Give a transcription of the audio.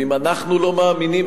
ואם אנחנו לא מאמינים,